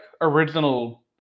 original